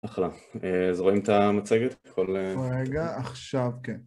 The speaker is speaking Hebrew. אחלה, אז רואים את המצגת? רגע, עכשיו כן